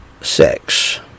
sex